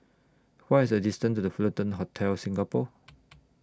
What IS The distance to The Fullerton Hotel Singapore